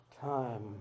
time